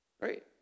right